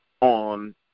on